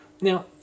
Now